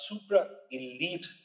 supra-elite